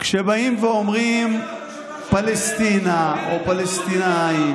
--- כשבאים ואומרים: פלסטינה או פלסטינים